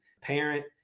parent